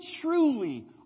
truly